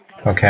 Okay